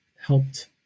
helped